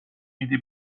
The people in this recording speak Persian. میدی